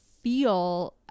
feel